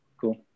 cool